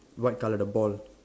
white colour the ball